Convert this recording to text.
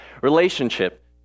relationship